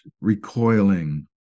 recoiling